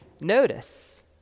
notice